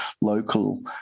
local